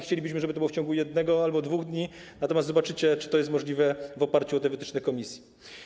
Chcielibyśmy, żeby to było w ciągu 1 dnia albo 2 dni, natomiast zobaczycie, czy to jest możliwe, w oparciu o te wytyczne Komisji.